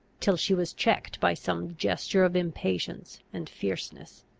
till she was checked by some gesture of impatience and fierceness.